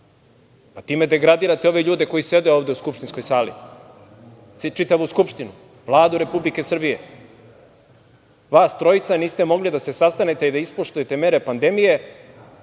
Time degradirate ove ljude koji sede ovde u skupštinskoj sali, čitavu Skupštinu, Vladu Republike Srbije. Vas trojica niste mogli da se sastanete i da se ispoštujete mere pandemije